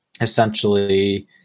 essentially